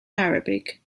arabic